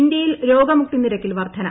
ഇന്ത്യയിൽ രോഗമൂക്തി നിരക്കിൽ വർദ്ധന